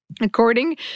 According